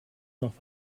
noch